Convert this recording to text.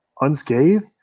unscathed